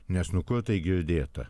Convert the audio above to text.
nes nu kur tai girdėta